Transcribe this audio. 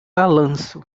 balanço